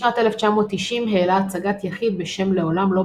בשנת 1990 העלה הצגת יחיד בשם "לעולם לא